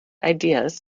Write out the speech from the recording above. ideas